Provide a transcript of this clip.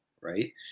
right